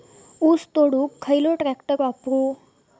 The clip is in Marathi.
ऊस तोडुक खयलो ट्रॅक्टर वापरू?